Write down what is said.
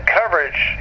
coverage